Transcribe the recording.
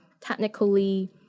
technically